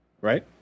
right